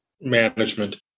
management